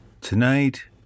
Tonight